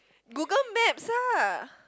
Google maps ah